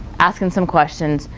asking some questions,